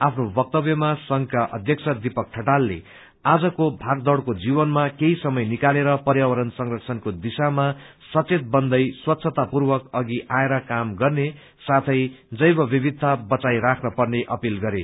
आफ्नो वक्तव्यमा संघका अध्यक्ष दिपक ठटालले आजको भागदौड़को जीवनमा केही समय निकालेर पर्यावरण संरक्षणको दिशामा सचेत बन्दै स्वेच्छापूर्वक अधि आएर काम गर्ने साथै जैवविविधता बचाई राख्न पर्ने अपील गरे